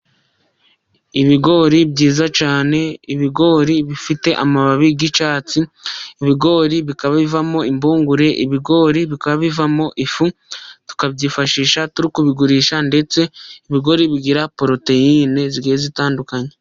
Iibigori byiza cyane, ibigori bifite amababi y'icyatsi, ibigori bikaba bivamo impungure, ibigori bikaba bivamo ifu tukabyifashisha tu bigurisha ndetse ibigori bigira poroteyine zi zitandukanye.